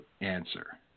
answer